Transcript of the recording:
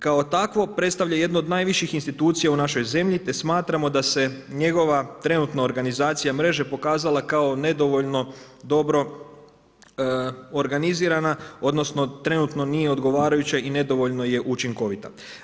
Kao takvo predstavlja jedno od najviših institucija u našoj zemlji te smatramo da se njegova trenutno organizacija mreže pokazala kao nedovoljno dobro organizirana odnosno trenutno nije odgovarajuća i nedovoljno je učinkovita.